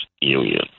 union